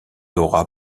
laura